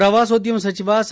ಪ್ರವಾಸೋದ್ಯಮ ಸಚಿವ ಸಾ